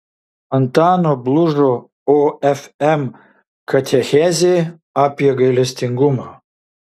antano blužo ofm katechezė apie gailestingumą